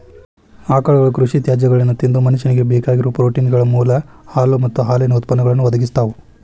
ಆಕಳುಗಳು ಕೃಷಿ ತ್ಯಾಜ್ಯಗಳನ್ನ ತಿಂದು ಮನುಷ್ಯನಿಗೆ ಬೇಕಾಗಿರೋ ಪ್ರೋಟೇನ್ಗಳ ಮೂಲ ಹಾಲು ಮತ್ತ ಹಾಲಿನ ಉತ್ಪನ್ನಗಳನ್ನು ಒದಗಿಸ್ತಾವ